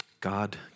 God